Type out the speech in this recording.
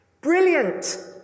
Brilliant